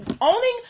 owning